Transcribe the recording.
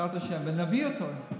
בעזרת השם, ונביא אותו.